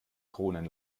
kronen